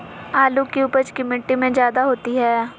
आलु की उपज की मिट्टी में जायदा होती है?